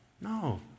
No